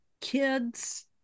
Kids